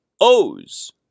O's